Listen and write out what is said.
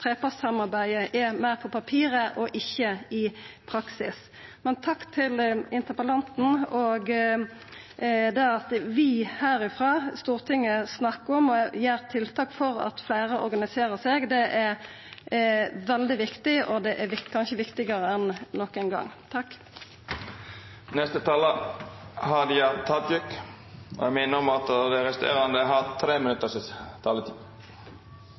trepartssamarbeidet er meir på papiret enn i praksis. Takk til interpellanten. Det at vi herifrå, Stortinget, snakkar om og gjer tiltak for at fleire organiserer seg, er veldig viktig, kanskje viktigare enn nokon gang. Eg takkar for debatten. Han har vore klargjerande. Eg kommenterer fortløpande nokre påstandar frå debatten. Statsråden har gjort det til sitt